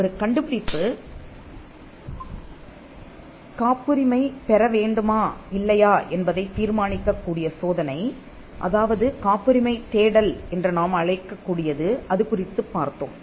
ஒரு கண்டுபிடிப்பு காப்புரிமை பெற வேண்டுமா இல்லையா என்பதைத் தீர்மானிக்க கூடிய சோதனை அதாவது காப்புரிமை தேடல் என்று நாம் அழைக்க கூடியது அது குறித்துப் பார்த்தோம்